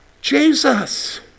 Jesus